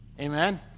Amen